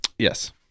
Yes